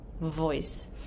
voice